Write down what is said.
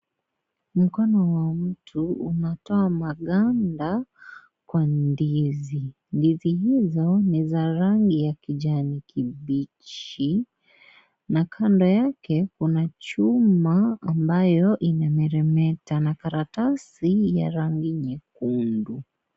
Mkono wa mtu unatoa maganda kwa ndizi, ndizi hizo ni za rangi ya kijani kibichi na kando yake kuna chuma ambayo inameremeta na karatasi ya rangi nyekundu.